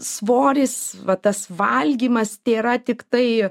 svoris va tas valgymas tėra tiktai